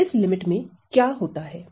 तो इस लिमिट में क्या होता है